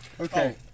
Okay